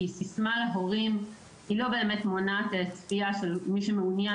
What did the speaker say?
כי סיסמה להורים לא באמת מונעת צפייה של מי שמעוניין